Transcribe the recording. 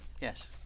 Yes